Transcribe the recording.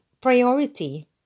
priority